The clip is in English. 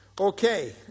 Okay